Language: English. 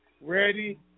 ready